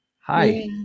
hi